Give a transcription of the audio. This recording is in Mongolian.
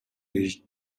хийж